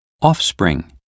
offspring